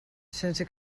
sense